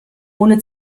ohne